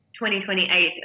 2028